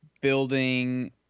building